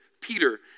Peter